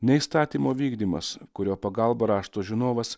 ne įstatymo vykdymas kurio pagalba rašto žinovas